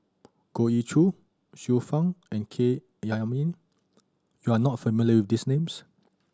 Goh Ee Choo Xiu Fang and K Jayamani you are not familiar with these names